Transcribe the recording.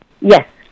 Yes